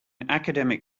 academic